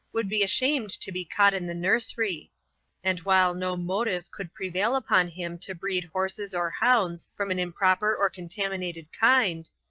would be ashamed to be caught in the nursery and while no motive could prevail upon him to breed horses or hounds from an improper or contaminated kind,